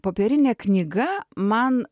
popierinė knyga man